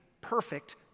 perfect